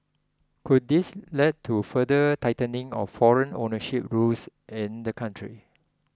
could this lead to further tightening of foreign ownership rules in the country